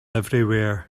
everywhere